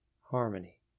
harmony